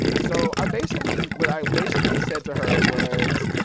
so i basically what i basically said to her was,